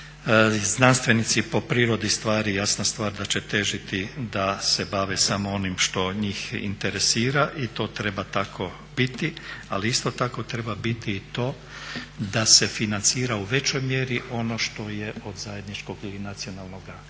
znanstvenici po prirodi stvari, jasna stvar da će težiti da se bave samo onim što njih interesira i to treba tako biti, ali isto tako treba biti i to da se financira u većoj mjeri ono što je od zajedničkog ili nacionalnoga